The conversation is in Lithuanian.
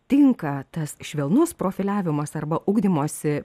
tinka tas švelnus profiliavimas arba ugdymosi